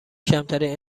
کمترین